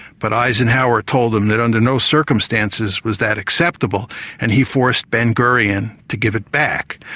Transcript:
but eisenhower told him that under no circumstances was that acceptable and he force ben-gurion to give it back.